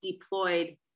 deployed